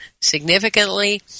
significantly